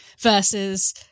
versus